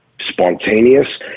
spontaneous